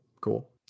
Cool